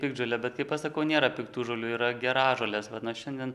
piktžolė bet kaip aš sakau nėra piktų žolių yra geražolės vat nuo šiandien